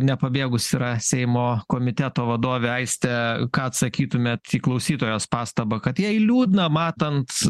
nepabėgus yra seimo komiteto vadove aistė ką atsakytumėt į klausytojos pastabą kad jai liūdna matant